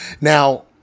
now